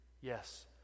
yes